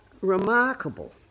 remarkable